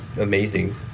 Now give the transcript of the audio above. amazing